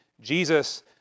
Jesus